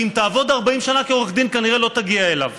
שגם אם תעבוד 40 שנה כעורך דין כנראה לא תגיע אליו.